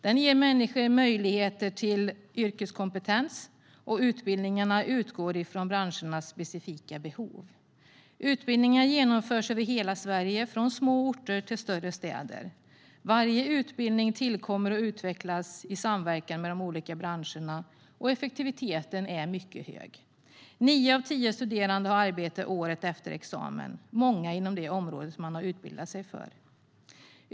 Den ger människor möjligheter till yrkeskompetens, och utbildningarna utgår från branschernas specifika behov. Utbildningarna genomförs över hela Sverige, från små orter till större städer. Varje utbildning tillkommer och utvecklas i samverkan med de olika branscherna, och effektiviteten är mycket hög. Nio av tio studerande har arbete året efter examen, många inom det område man har utbildat sig för.